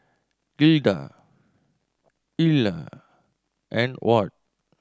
Gilda Ila and Ward